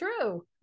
true